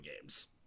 games